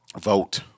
vote